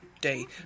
day